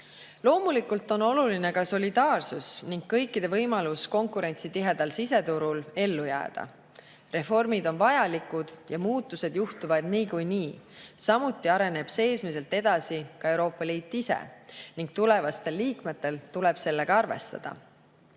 Loomulikult on oluline ka solidaarsus ning kõikide võimalus konkurentsitihedal siseturul ellu jääda. Reformid on vajalikud ja muutused juhtuvad niikuinii, samuti areneb seesmiselt edasi Euroopa Liit ise ning tulevastel liikmetel tuleb sellega arvestada.